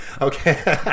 Okay